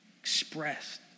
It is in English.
expressed